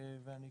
ואנחנו